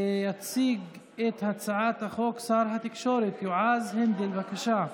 יציג את הצעת החוק שר התקשורת יועז הנדל, בבקשה.